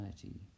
society